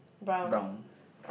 brown